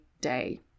day